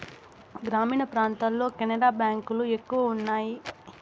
గ్రామీణ ప్రాంతాల్లో కెనరా బ్యాంక్ లు ఎక్కువ ఉన్నాయి